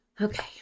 Okay